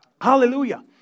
Hallelujah